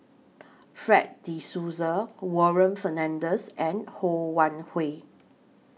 Fred De Souza Warren Fernandez and Ho Wan Hui